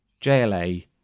JLA